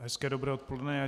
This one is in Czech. Hezké dobré odpoledne.